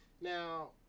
Now